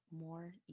more